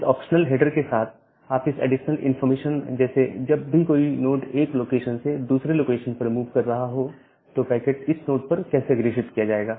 इस optional header के साथ आप इस एडिशनल इंफॉर्मेशन जैसे जब भी कोई नोड एक लोकेशन से दूसरे लोकेशन पर मूव कर रहा हो तो पैकेट इस नोड पर कैसे अग्रेषित किया जाएगा